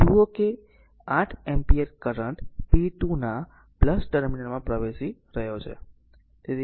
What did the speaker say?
તેથી જો જુઓ કે 8 એમ્પીયર કરંટ p2 ના ટર્મિનલમાં પ્રવેશી રહ્યો છે